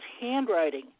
handwriting